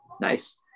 Nice